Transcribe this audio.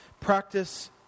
practice